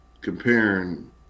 comparing